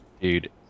Dude